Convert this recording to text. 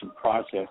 process